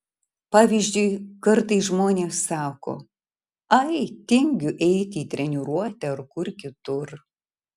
pavyzdžiui kartais žmonės sako ai tingiu eiti į treniruotę ar kur kitur